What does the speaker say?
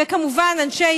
וכמובן אנשי